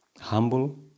humble